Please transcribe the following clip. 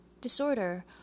Disorder